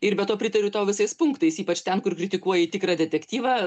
ir be to pritariu tau visais punktais ypač ten kur kritikuoji tikrą detektyvą